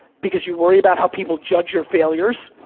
because you worry about how people judge your failures,